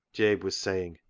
jabe was saying,